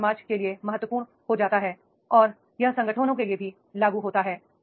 तो यह समाज के लिए महत्वपूर्ण हो जाता है और यह संगठनों के लिए भी लागू होता है